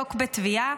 ולעסוק בתביעה.